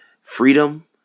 freedom